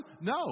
No